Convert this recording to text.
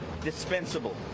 dispensable